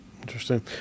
Interesting